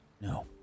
No